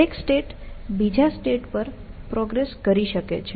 એક સ્ટેટ બીજા સ્ટેટ પર પ્રોગ્રેસ કરી શકે છે